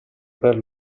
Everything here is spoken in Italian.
per